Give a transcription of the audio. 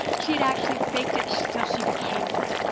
she had actually faked it till she became it.